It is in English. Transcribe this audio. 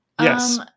Yes